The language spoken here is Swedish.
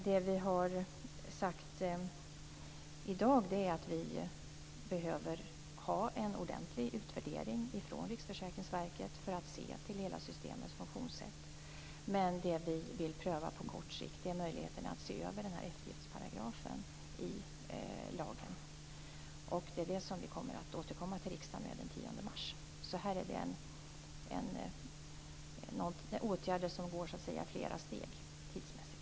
Det vi har sagt i dag är att vi behöver ha en ordentlig utvärdering från Riksförsäkringsverket för att se till hela systemets funktionssätt. Men det vi vill pröva på kort sikt är möjligheten att se över den här eftergiftsparagrafen i lagen. Det är det vi kommer att återkomma till riksdagen med den 10 mars. Det är alltså fråga om åtgärder som går i flera steg tidsmässigt.